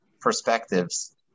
perspectives